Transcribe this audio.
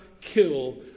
kill